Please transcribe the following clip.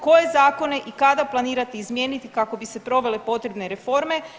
Koje zakone i kada planirate izmijeniti kako bi se provele potrebne reforme?